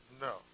No